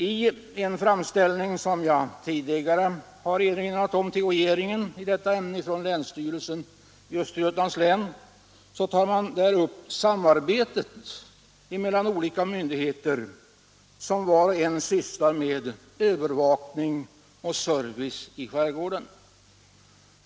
I en framställning från länsstyrelsen i Östergötlands län till regeringen tar man upp samarbetet mellan olika myndigheter som sysslar med övervakning och service i skärgården.